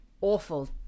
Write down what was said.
awful